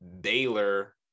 Baylor